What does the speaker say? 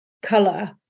color